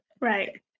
right